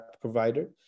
provider